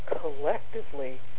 collectively